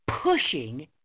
pushing